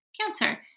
cancer